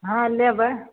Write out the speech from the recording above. हँ लेबै